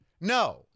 No